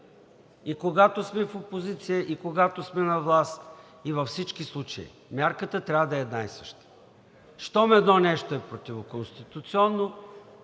и когато сме в опозиция, и когато сме на власт, и във всички случаи. Мярката трябва да е една и съща! Щом едно нещо е противоконституционно,